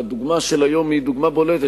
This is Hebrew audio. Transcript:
והדוגמה של היום היא דוגמה בולטת,